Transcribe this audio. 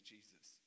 Jesus